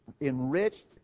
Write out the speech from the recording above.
enriched